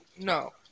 No